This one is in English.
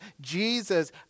Jesus